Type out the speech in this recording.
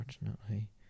unfortunately